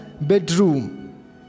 bedroom